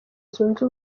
zunze